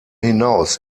hinaus